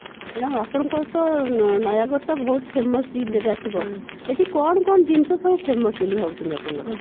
madam ଆପଣଙ୍କର ତ ନୟାଗଡ଼ଟା ବହୁତ ଫେମସ୍ ଜି ଜାଗା ଥିବ ଏଠି କ'ଣ କ'ଣ ଜିନିଷ ସବୁ ଫେମସ୍ ବୋଲି ଭାବୁଛନ୍ତି ଆପଣମାନେ